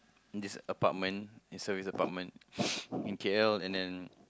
this apartment this service apartment in K_L and then